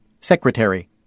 Secretary